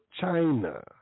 China